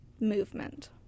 movement